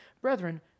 Brethren